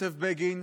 כותב בגין,